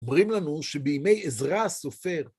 אומרים לנו שבימי עזרא הסופר